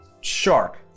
shark